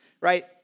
right